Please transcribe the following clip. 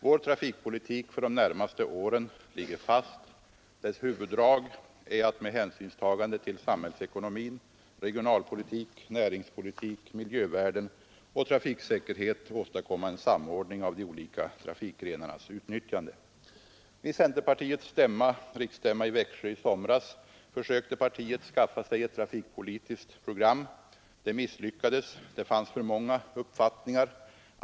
Vår trafikpolitik för de närmaste åren ligger fast. Dess huvuddrag är att med hänsynstagande till samhällsekonomi, regionalpolitik, näringspolitik, miljövärden och trafiksäkerhet åstadkomma en samordning av de olika trafikgrenarnas utnyttjande. ökte partiet skaffa sig ett trafikpolitiskt program. Det misslyckades. Det fanns för många uppfattningar.